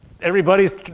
everybody's